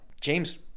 James